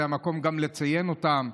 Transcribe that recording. זה המקום לציין גם אותם,